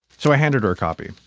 so i handed her a copy.